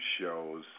shows